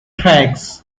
tracks